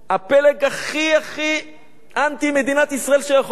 הפלג הכי-הכי אנטי מדינת ישראל שיכול להיות,